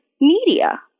media